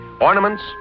Ornaments